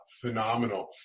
phenomenal